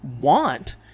want